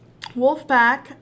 Wolfpack